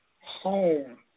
home